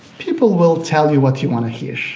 people will tell you what you want to hear.